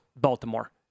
Baltimore